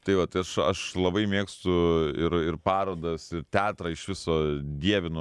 tai va tai aš aš labai mėgstu ir ir parodas ir teatrą iš viso dievinu